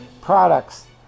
products